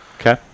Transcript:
Okay